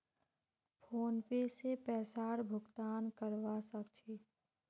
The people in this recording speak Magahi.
फोनपे से पैसार भुगतान करवा सकछी